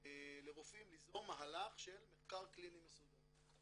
לרופאים ליזום מהלך של מחקר קליני מסודר.